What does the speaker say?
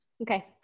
Okay